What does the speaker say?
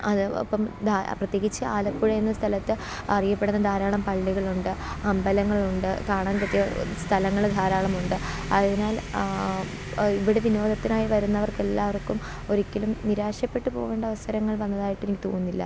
അത് അപ്പം പ്രത്യേകിച്ച് ആലപ്പുഴയെന്ന സ്ഥലത്ത് അറിയപ്പെടുന്ന ധാരാളം പള്ളികളുണ്ട് അമ്പലങ്ങളുണ്ട് കാണാൻ പറ്റിയ സ്ഥലങ്ങൾ ധാരാളമുണ്ട് ആയതിനാൽ ഇവിടെ വിനോദത്തിനായി വരുന്നവർക്കെല്ലാവർക്കും ഒരിക്കലും നിരാശപ്പെട്ട് പോകേണ്ട അവസരങ്ങൾ വന്നതായിട്ടെനിക്ക് തോന്നുന്നില്ല